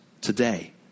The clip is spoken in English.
today